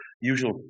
usual